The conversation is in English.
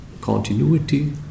continuity